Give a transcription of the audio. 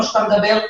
מה שאתה מדבר,